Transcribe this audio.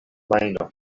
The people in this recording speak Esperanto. majno